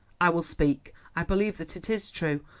i will speak. i believe that it is true.